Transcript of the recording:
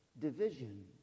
division